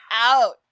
out